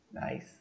Nice